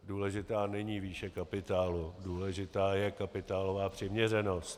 Důležitá není výše kapitálu, důležitá je kapitálová přiměřenost.